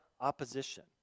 opposition